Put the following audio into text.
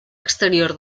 exterior